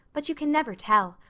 but you can never tell.